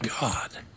God